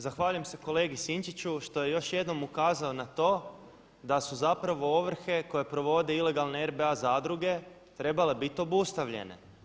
Zahvaljujem se kolegi Sinčiću što je još jednom ukazao na to da su zapravo ovrhe koje provode ilegalne RBA zadruge trebale biti obustavljene.